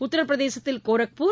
உத்தரப்பிரதேசத்தில் கோர்பூர்